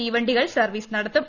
തീവണ്ടികൾ service നടത്തും